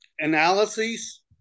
Analyses